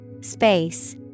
Space